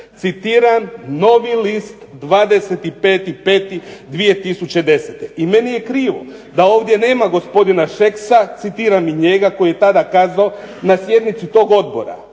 Citiram "Novi list", 25.05.2010. I meni je krivo da ovdje nema gospodina Šeksa, citiram i njega koji je tada kazao na sjednici tog odbora